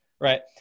Right